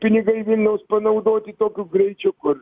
pinigai vilniaus panaudoti tokiu greičiu kur